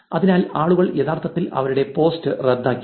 അതിനാൽ ആളുകൾ യഥാർത്ഥത്തിൽ അവരുടെ പോസ്റ്റ് റദ്ദാക്കി